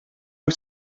wyt